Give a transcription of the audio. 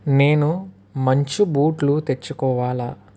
నేను మంచు బూట్లు తెచ్చుకోవాలా